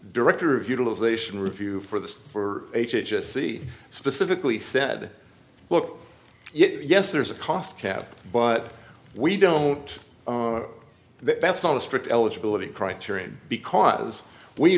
director of utilization review for this for h h s see specifically said look yes there's a cost cap but we don't that's not a strict eligibility criterion because we